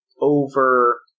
over